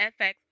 FX